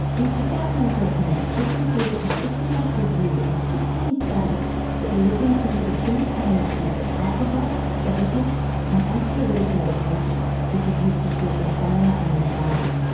in two thousand and thirteen she completed a systematic review of sixteen studies that were looking into the simultaneous use of alcohol, sedatives and anxiolytic medication, which is used to treat insomnia and anxiety.